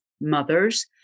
mothers